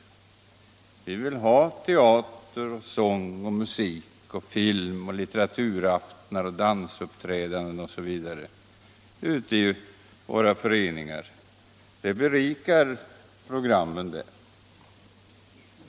Vi vill ha teater, sång, musik, film, litteraturaftnar, dansuppträdanden osv. ute i våra föreningar. Det berikar programmen där.